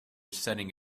setting